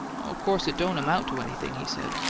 of course it don't amount to anything, he said.